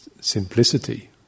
simplicity